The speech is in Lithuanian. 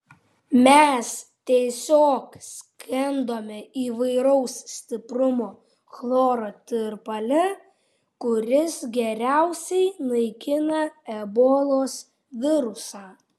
mes tiesiog skendome įvairaus stiprumo chloro tirpale kuris geriausiai naikina ebolos virusą